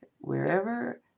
wherever